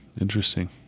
Interesting